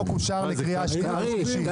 החוק אושר לקריאה שנייה ושלישית.